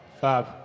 fab